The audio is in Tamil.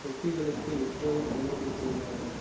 குக்கீகளுக்கு எப்போது தள்ளுபடி போடுவார்கள்